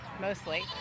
mostly